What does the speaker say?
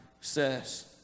says